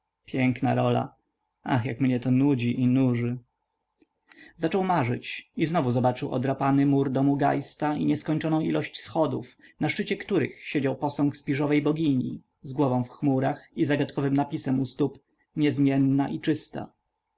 piękna rola ach jak mnie to nudzi i nuży zaczął marzyć i znowu zobaczył odrapany mur domu geista i nieskończoną ilość schodów na szczycie których siedział posąg śpiżowej bogini z głową w chmurach i z zagadkowym napisem u stóp niezmienna i czysta